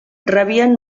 rebien